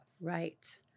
Right